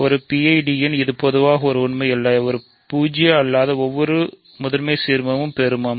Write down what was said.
ஒரு PIDயில் இது பொதுவாக ஒரு உண்மை அல்ல இது பூஜ்யம் அல்லாத ஒவ்வொரு முதன்மை சீர்மமும் பெருமம்